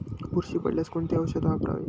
बुरशी पडल्यास कोणते औषध वापरावे?